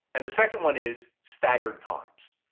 and the second one is staggered times.